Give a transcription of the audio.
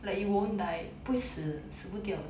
like you won't die 不会死死不掉